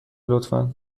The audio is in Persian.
لطفا